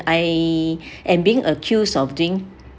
I am being accused of doing